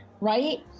right